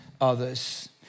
others